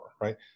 Right